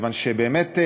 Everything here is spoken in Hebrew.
מכיוון שבאמת,